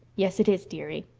yes, it is, dearie.